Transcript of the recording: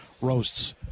roasts